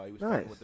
Nice